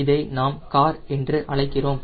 இதை நாம் CAR என்று அழைக்கிறோம்